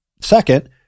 Second